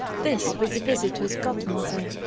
this with a visit to his godmother,